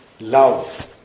love